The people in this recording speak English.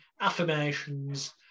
affirmations